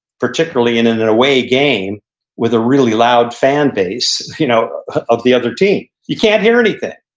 particularly in an and away game with a really loud fan base you know of the other team, you can't hear anything.